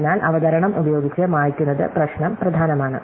അതിനാൽ അവതരണം ഉപയോഗിച്ച് മായ്ക്കുന്നത് പ്രശ്നം പ്രധാനമാണ്